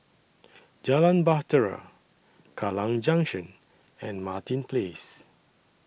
Jalan Bahtera Kallang Junction and Martin Place